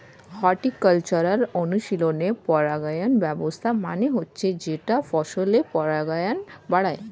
horticultural অনুশীলনে পরাগায়ন ব্যবস্থা মানে হচ্ছে যেটা ফসলের পরাগায়ন বাড়ায়